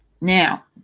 Now